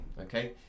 Okay